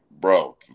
bro